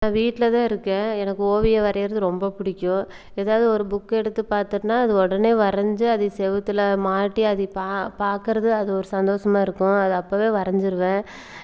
நான் வீட்டில்தா இருக்கேன் எனக்கு ஓவியம் வரைகிறது ரொம்ப பிடிக்கும் எதாவது ஒரு புக்கை எடுத்து பார்த்தேன்னா அதை உடனே வரைஞ்சு அதை செவத்துல மாட்டி அதை பா பார்க்கறது அதுவொரு சந்தோஷமா இருக்கும் அதை அப்பவே வரைஞ்சிருவேன்